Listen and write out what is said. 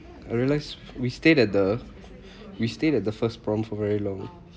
I realised we stayed at the we stayed at the first prom for very long